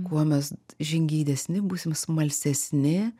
kuo mes žingeidesni būsim smalsesni